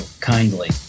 kindly